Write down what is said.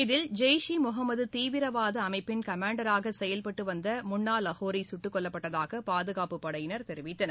இதில் ஜெய்ஷ் ஈ முகமது தீவிரவாத அமைப்பின் கமாண்டராக செயல்பட்டு வந்த முன்னா லகோரி சுட்டுக் கொல்லப்பட்டதாக பாதுகாப்புப் படையினர் தெரிவித்துள்ளனர்